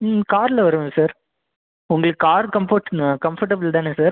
ம் காரில் வருவேன் சார் உங்களுக்கு கார் கம்ஃபோர்ட்ன்னு கம்ஃபோர்ட்டபிள் தானே சார்